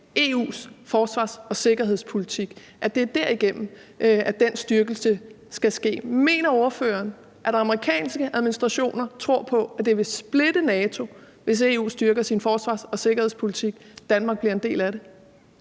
EU's forsvars- og sikkerhedspolitisk, og at det er derigennem, at den styrkelse skal ske. Mener hr. Morten Messerschmidt, at amerikanske administrationer tror, at det vil splitte NATO, hvis EU's styrker sin forsvars- og sikkerhedspolitik og Danmark bliver en del af det?